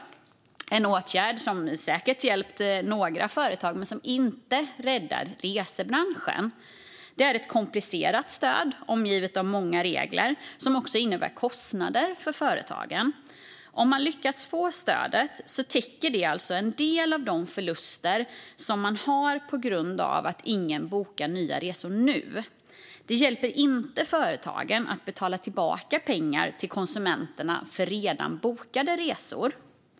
Det är en åtgärd som säkert hjälpt några företag men som inte räddar resebranschen. Det är ett komplicerat stöd som är omgivet av många regler och som också innebär kostnader för företagen. Om man lyckas få stödet täcker det alltså en del av de förluster man har på grund av att ingen bokar nya resor nu. Det hjälper dock inte företagen att betala tillbaka pengar till konsumenterna för redan bokade resor.